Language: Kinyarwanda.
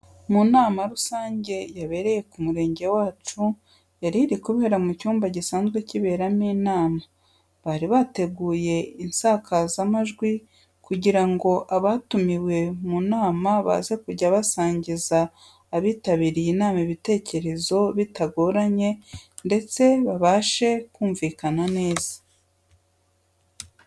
Mu nama rusange yabereye ku murenge wacu, yari iri kubera mu cyumba gisanzwe kiberamo inama, bari bateguye insakazamajwi kugira ngo abatumiwe mu nama baze kujya basangiza abitabiriye inama ibitekerezo bitagoranye cyane ndetse babashe kumvikana neza.